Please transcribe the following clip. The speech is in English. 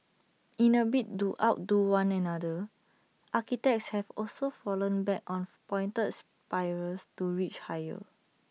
in A bid to outdo one another architects have also fallen back on pointed spires to reach higher